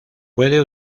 puede